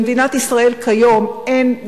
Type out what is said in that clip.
במדינת ישראל כיום אין,